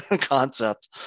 concept